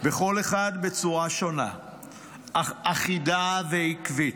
בכל אחד בצורה שונה אך אחידה ועקבית.